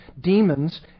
Demons